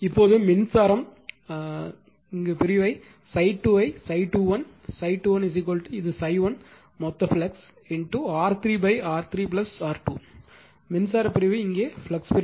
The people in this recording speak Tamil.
இப்போது மின்சாரம் பிரிவை ∅2 ஐ ∅21 ∅21 இது ∅1 மொத்த ஃப்ளக்ஸ் R3 R3 R2 மின்சாரம் பிரிவு இங்கே ஃப்ளக்ஸ் பிரிவு